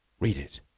read it.